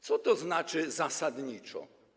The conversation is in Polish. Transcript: Co to znaczy „zasadniczo”